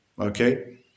Okay